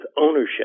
ownership